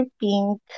pink